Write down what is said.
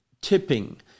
tipping